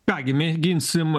ką gi mėginsim